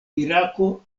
irako